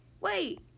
Wait